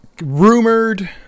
rumored